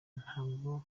ntabwo